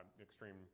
extreme